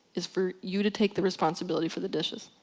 is for you to take the responsibility for the dishes.